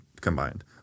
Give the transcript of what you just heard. combined